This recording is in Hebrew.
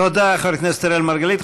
תודה, חבר הכנסת אראל מרגלית.